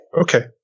Okay